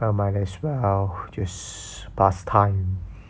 but might as well just pass time